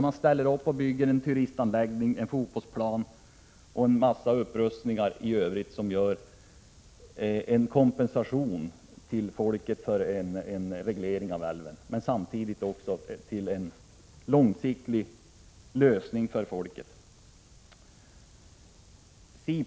Man ställer upp och bygger en turistanläggning och en fotbollsplan och gör en mängd upprustningar för att kompensera folket för en reglering av älven, men samtidigt också som en långsiktig lösning för folket.